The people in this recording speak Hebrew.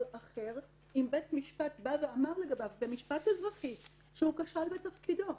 אחר אם בית משפט בא ואמר לגביו במשפט אזרחי שהוא כשל בתפקידו.